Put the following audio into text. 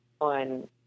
on